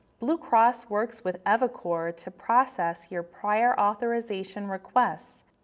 blue cross works with evicore to process your prior authorization request.